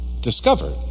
discovered